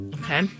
Okay